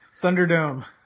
Thunderdome